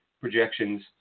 projections